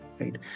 right